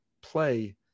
play